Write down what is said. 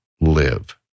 live